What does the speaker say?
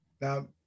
Now